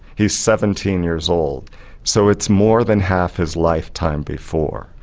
he's seventeen years old so it's more than half his lifetime before.